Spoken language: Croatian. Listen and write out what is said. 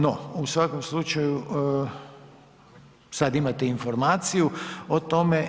No u svakom slučaju sada imate informaciju o tome.